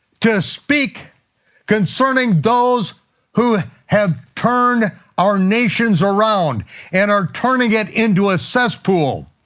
to speak concerning those who have turned our nations around and are turning it into a cesspool,